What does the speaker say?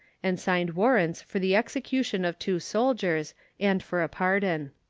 and signed warrants for the execution of two soldiers and for a pardon.